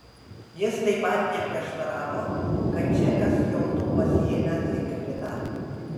jis taip pat neprieštaravo kad čekas jotų pasiėmęs zigfridą